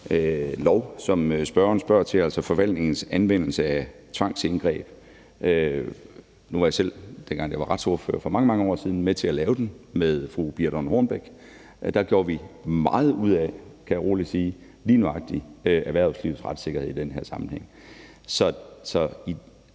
lov, som spørgeren spørger til, altså forvaltningens anvendelse af tvangsindgreb, var jeg selv, dengang jeg var retsordfører for mange, mange år siden, med til at lave den med fru Birthe Rønn Hornbech, og der gjorde vi meget ud af, kan jeg roligt sige, lige nøjagtig erhvervslivets retssikkerhed i den her sammenhæng. Så